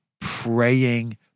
praying